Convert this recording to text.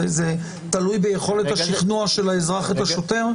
זה תלוי ביכולת השכנוע של האזרח את השוטר?